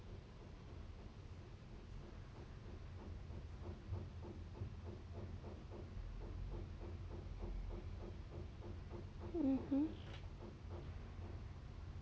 mmhmm